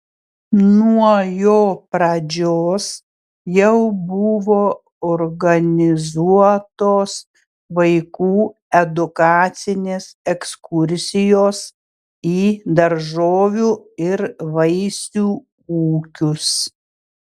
nuo jo pradžios jau buvo organizuotos vaikų edukacinės ekskursijos į daržovių ir vaisių ūkius